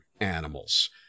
animals